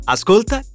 Ascolta